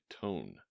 tone